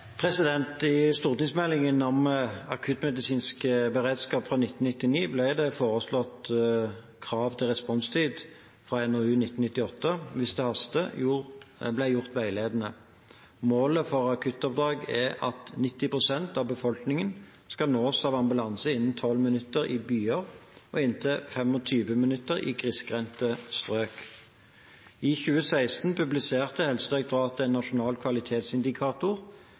til responstider fra NOU 1998: 9, «Hvis det haster», gjort veiledende. Målet for akuttoppdrag er at 90 pst. av befolkningen skal nås av ambulanse innen 12 minutter i byer og innen 25 minutter i grisgrendte strøk. I 2016 publiserte Helsedirektoratet en nasjonal kvalitetsindikator